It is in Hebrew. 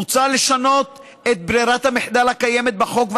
מוצע לשנות את ברירת המחדל הקיימת בחוק,